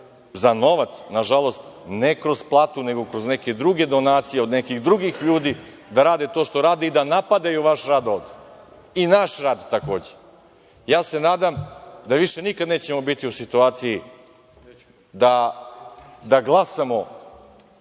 za novac, nažalost, ne kroz platu nego kroz neke druge donacije, od nekih drugih ljudi, da rade to što rade i da napadaju vaš rad ovde, i naš rad, takođe. Ja se nadam da više nikada nećemo biti u situaciji da glasamo,